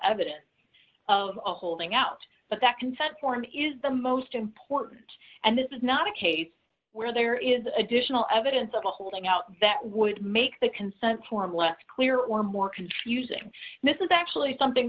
evidence of a holding out but that consent form is the most important and this is not a case where there is additional evidence of the holding out that would make the consent form less clear or more confusing this is actually something